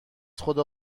خدا